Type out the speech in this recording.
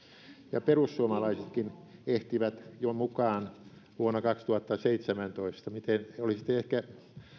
ja perussuomalaisetkin ehtivät jo mukaan vuonna kaksituhattaseitsemäntoista olisitte ehkä